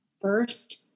first